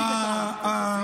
בדיוק.